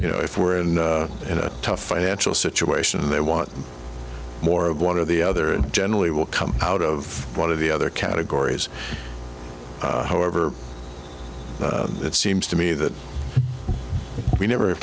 you know if we're in a tough financial situation and they want more of one or the other and generally will come out of one of the other categories however it seems to me that we never